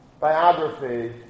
biography